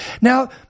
Now